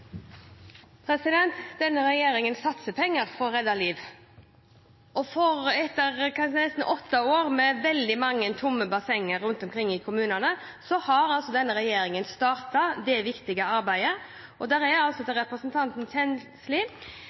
Denne regjeringen satser penger for å redde liv. Etter nesten åtte år med veldig mange tomme bassenger rundt om i kommunene har denne regjeringen startet det viktige arbeidet. Det er – dette er til representanten